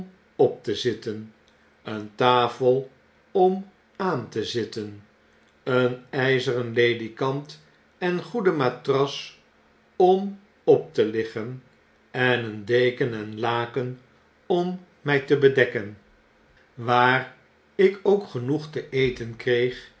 op te zitten een tafel om aan te zitten een yzeren ledikant en goede matras om op te iiggen en een deken en laken om my te dekken waar ik ook genoej te eten kreeg